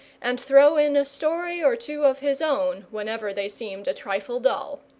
and throw in a story or two of his own whenever they seemed a trifle dull.